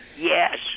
Yes